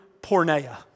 porneia